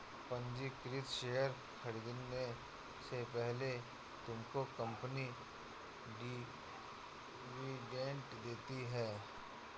पंजीकृत शेयर खरीदने से पहले तुमको कंपनी डिविडेंड देती है